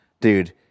Dude